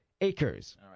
acres